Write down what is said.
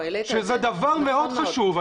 שזה דבר מאוד חשוב.